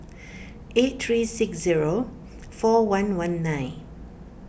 eight three six zero four one one nine